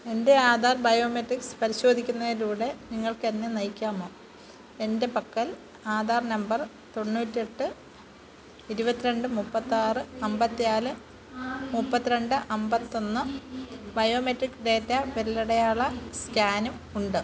എൻ്റെ ആധാർ ബയോമെട്രിക്സ് പരിശോധിക്കുന്നതിലൂടെ നിങ്ങൾക്ക് എന്നെ നയിക്കാമോ എൻ്റെ പക്കൽ ആധാർ നമ്പർ തൊണ്ണൂറ്റി എട്ട് ഇരുപത്തി രണ്ട് മുപ്പത്തി ആറ് അമ്പത്തി നാല് മുപ്പത്തി രണ്ട് അമ്പത്തി ഒന്ന് ബയോമെട്രിക് ഡാറ്റ വിരലടയാള സ്കാനും ഉണ്ട്